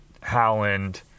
Howland